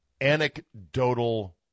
anecdotal